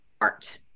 art